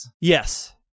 Yes